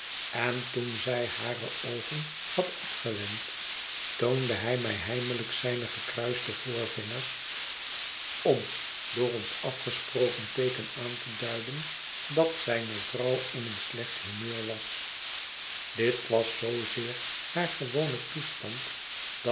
en toen zij hare oogen had afgewend toonde hij mij heimelijk zijne gekruiste voorvingers om door ons afgesproken teeken aan te duiden dat zijne vrouw in een slecht humeur was dit was zoozeer haar gewone toestand